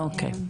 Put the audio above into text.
אוקיי.